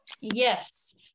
Yes